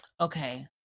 okay